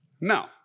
no